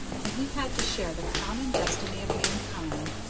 and he had to share the common destiny of mankind,